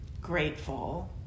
grateful